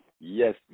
Yes